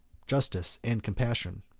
justice, and compassion.